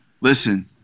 Listen